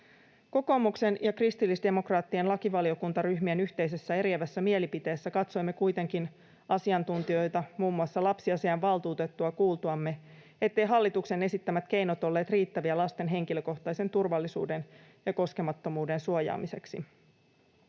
Kokoomuksen ja kristillisdemokraattien lakivaliokuntaryhmien yhteisessä eriävässä mielipiteessä katsoimme kuitenkin asiantuntijoita, muun muassa lapsiasiainvaltuutettua, kuultuamme, ettei hallituksen esittämät keinot olleet riittäviä lasten henkilökohtaisen turvallisuuden ja koskemattomuuden suojaamiseksi.